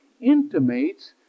intimates